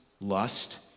lust